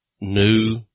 new